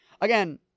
Again